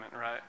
right